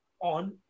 on